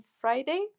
Friday